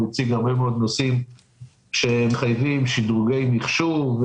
הוא הציג הרבה מאוד נושאים שמחייבים שדרוגי מחשוב,